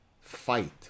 fight